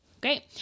Great